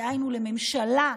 דהיינו לממשלה,